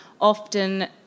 often